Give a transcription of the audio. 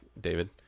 David